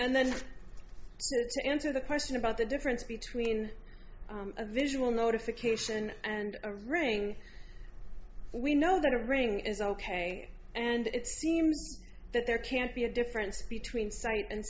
and then answer the question about the difference between a visual notification and a ring we know that a ring is ok and it seems that there can't be a difference between sight and